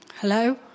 Hello